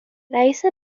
رئیس